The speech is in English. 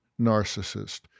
narcissist